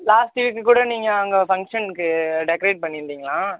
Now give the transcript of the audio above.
last வீக்கு கூட நீங்கள் அங்கே ஃபங்க்ஷனுக்கு டெக்கரேட் பண்ணிருந்திங்கலாம்